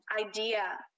idea